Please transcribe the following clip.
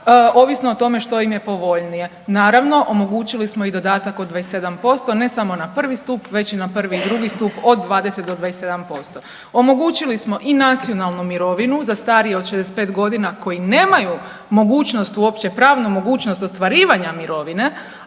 ovisno o tome što im je povoljnije. Naravno omogućili smo i dodatak od 27% ne samo na prvo stup već i na prvi i drugi stup od 20 do 27%. Omogućili smo i nacionalnu mirovinu za starije od 65 godina koji nemaju mogućnost uopće pravnu mogućnost ostvarivanja mirovine,